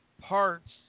parts